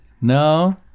No